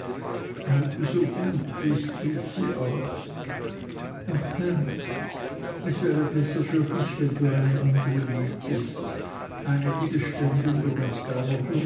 weil du so gut bist rief sie aus ach ham es wäre besser für dich wenn du eine andere liebtest eine die beständiger und